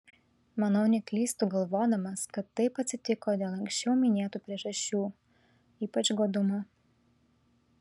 manau neklystu galvodamas kad taip atsitiko dėl anksčiau minėtų priežasčių ypač godumo